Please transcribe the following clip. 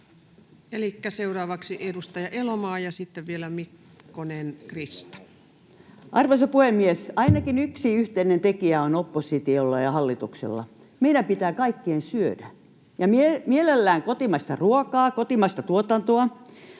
esityksistä Time: 16:30 Content: Arvoisa puhemies! Ainakin yksi yhteinen tekijä on oppositiolla ja hallituksella: meidän pitää kaikkien syödä ja mielellään kotimaista ruokaa, kotimaista tuotantoa.